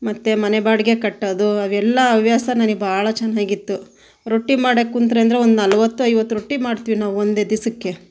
ಮತ್ತು ಮನೆ ಬಾಡಿಗೆ ಕಟ್ಟೋದು ಅವೆಲ್ಲ ಹವ್ಯಾಸ ನನಗೆ ಭಾಳ ಚೆನ್ನಾಗಿತ್ತು ರೊಟ್ಟಿ ಮಾಡಕ್ಕೆ ಕೂತ್ರೆ ಅಂದರೆ ಒಂದು ನಲವತ್ತು ಐವತ್ತು ರೊಟ್ಟಿ ಮಾಡ್ತೀವಿ ನಾವು ಒಂದೇ ದಿವಸಕ್ಕೆ